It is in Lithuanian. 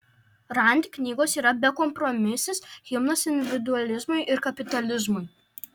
rand knygos yra bekompromisis himnas individualizmui ir kapitalizmui